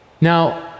Now